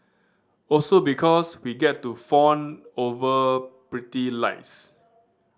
also because we get to fawn over pretty lights